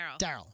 Daryl